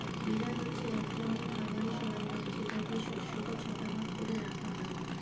বেলার হচ্ছে এক ধরনের খামারের সরঞ্জাম যেটা দিয়ে শস্যকে ছটা ভাগ করে রাখা হয়